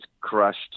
crushed